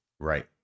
Right